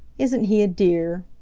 isn't he a dear?